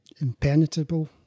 impenetrable